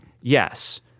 Yes